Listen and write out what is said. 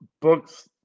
books